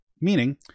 Meaning